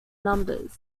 numbers